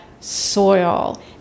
soil